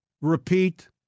repeat